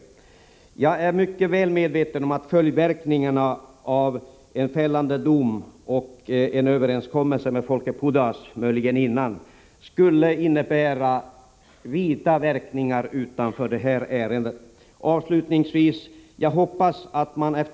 Torsdagen den Jag är mycket väl medveten om att en fällande dom och en överenskom 17 januari 1985 melse med Folke Pudas, som möjligen kunde träffas dessförinnan, skulle få å vida verkningar även utanför det här ärendets ram. Avslädmi iötvilljag då R å É - Om resandeantalet : vs ukgingevis nt jag a RR hoppas att man fr.